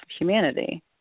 humanity